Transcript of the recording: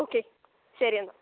okay ശരി എന്നാൽ